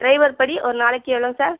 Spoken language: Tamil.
ட்ரைவர் படி ஒரு நாளைக்கு எவ்வளோங் சார்